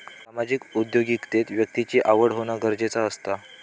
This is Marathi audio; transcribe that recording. सामाजिक उद्योगिकतेत व्यक्तिची आवड होना गरजेचा असता